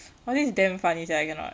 !wah! this is damn funny sia I cannot